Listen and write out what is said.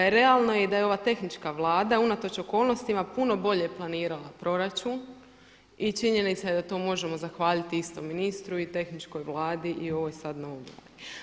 Realno je da je i ova tehnička Vlada unatoč okolnostima puno bolje planirala proračun i činjenica je da to možemo zahvaliti isto ministru i tehničkoj Vladi i ovoj sad novoj Vladi.